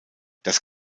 das